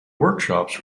workshops